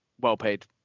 well-paid